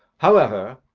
however,